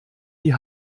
die